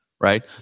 right